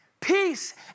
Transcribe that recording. peace